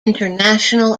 international